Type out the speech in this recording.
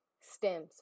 stems